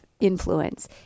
influence